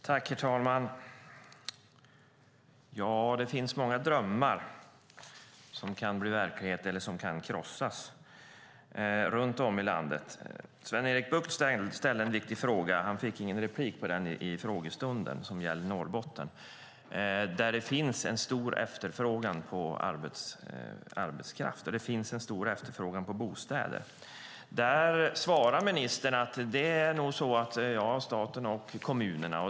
Herr talman! Det finns många drömmar som kan bli verklighet eller krossas runt om i landet. Sven-Erik Bucht ställde en viktig fråga - han fick tyvärr inte ställa en följdfråga - i frågestunden som gällde Norrbotten, där det finns en stor efterfrågan på arbetskraft. Och det finns en stor efterfrågan på bostäder. Där svarade ministern att det nog är så att det är staten och kommunerna.